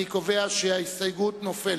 אני קובע שההסתייגות נופלת.